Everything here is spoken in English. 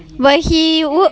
but he work